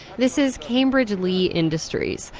this is cambridge-lee industries,